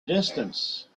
distance